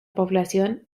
población